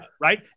Right